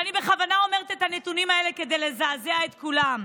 ואני בכוונה אומרת את הנתונים האלה כדי לזעזע את כולם,